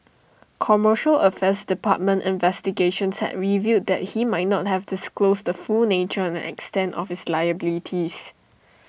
commercial affairs department investigations had revealed that he might not have disclosed the full nature and extent of his liabilities